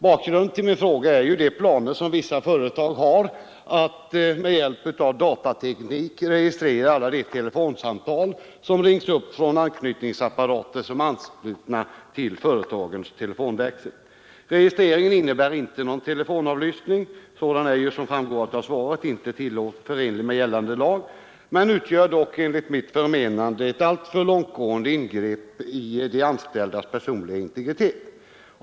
Bakgrunden till min fråga är de planer som vissa företag har att med hjälp av datateknik registrera alla telefonsamtal från anknytningsapparater som är anslutna till företagets telefonväxel. Registreringen innebär inte någon telefonavlyssning — sådan är ju som framgår av svaret icke förenlig med gällande lag — men utgör dock enligt mitt förmenande ett alltför långtgående ingrepp i de anställdas personliga integritet.